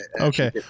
Okay